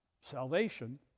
Salvation